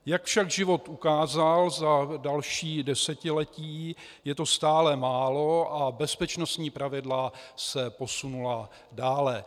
Jak však život ukázal za další desetiletí, je to stále málo a bezpečnostní pravidla se posunula dále.